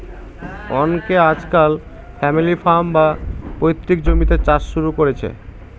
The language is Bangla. অনকে আজকাল ফ্যামিলি ফার্ম, বা পৈতৃক জমিতে চাষ শুরু করেছে